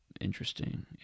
Interesting